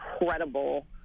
incredible